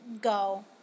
go